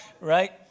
right